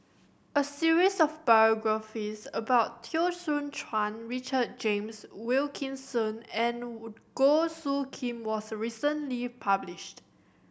a series of biographies about Teo Soon Chuan Richard James Wilkinson and Goh Soo Khim was recently published